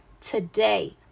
today